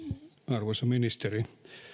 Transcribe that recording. arvoisa ministeri